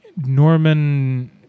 Norman